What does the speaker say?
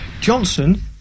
Johnson